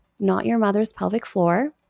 notyourmotherspelvicfloor